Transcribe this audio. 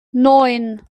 neun